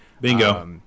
Bingo